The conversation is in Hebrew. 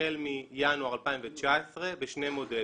החל מינואר 2019 בשני מודלים: